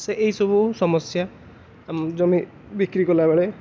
ଏଇସବୁ ସମସ୍ୟା ଜମି ବିକ୍ରି କଲା ବେଳେ